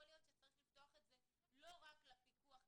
יכול להיות שצריך לפתוח את זה לא רק לפיקוח כפיקוח,